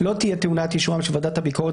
לא תהיה טעונה את אישורם של ועדת הביקורת